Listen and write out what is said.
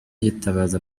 yitabaza